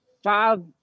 Five